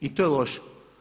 I to je loše.